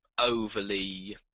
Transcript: overly